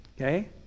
Okay